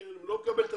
הוא לא מקבל את התנאים.